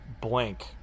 blank